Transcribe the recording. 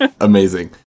Amazing